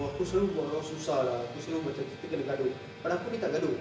oh aku selalu buat orang susah lah aku selalu macam kita kena gaduh pada aku ni tak gaduh